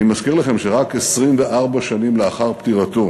אני מזכיר לכם שרק 24 שנים לאחר פטירתו